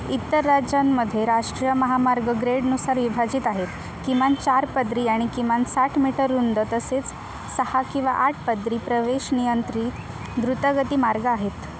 इतर राज्यांमध्ये राष्ट्रीय महामार्ग ग्रेडनुसार विभाजित आहेत किमान चार पदरी आणि किमान साठ मीटर रुंद तसेच सहा किंवा आठ पदरी प्रवेश नियंत्रित द्रुतगती मार्ग आहेत